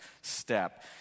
step